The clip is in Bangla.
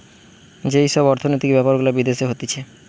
যেই সব অর্থনৈতিক বেপার গুলা বিদেশে হতিছে